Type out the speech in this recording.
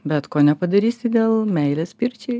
bet ko nepadarysi dėl meilės pirčiai